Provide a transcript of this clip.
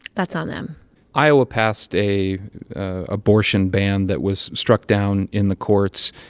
that's on them iowa passed a abortion ban that was struck down in the courts.